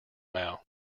now